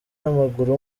w’amaguru